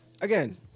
again